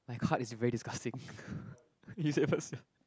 my card is very disgusting